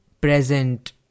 present